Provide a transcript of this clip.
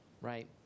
right